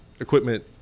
equipment